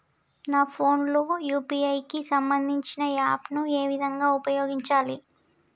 నా ఫోన్ లో యూ.పీ.ఐ కి సంబందించిన యాప్ ను ఏ విధంగా ఉపయోగించాలి?